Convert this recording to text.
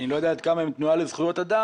אני לא יודע עד כמה הם תנועה לזכויות אדם,